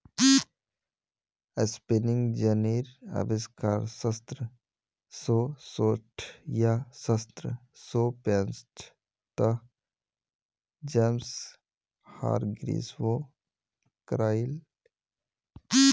spinning जेनीर अविष्कार सत्रह सौ चौसठ या सत्रह सौ पैंसठ त जेम्स हारग्रीव्स करायले